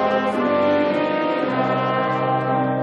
סדר-היום.